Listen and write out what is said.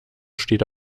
steht